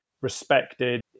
respected